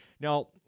Now